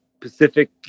Pacific